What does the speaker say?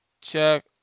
Check